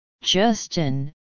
Justin